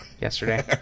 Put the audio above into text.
yesterday